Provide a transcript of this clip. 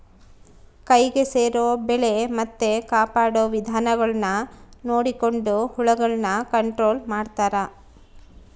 ಕೈಗೆ ಸೇರೊ ಬೆಳೆ ಮತ್ತೆ ಕಾಪಾಡೊ ವಿಧಾನಗುಳ್ನ ನೊಡಕೊಂಡು ಹುಳಗುಳ್ನ ಕಂಟ್ರೊಲು ಮಾಡ್ತಾರಾ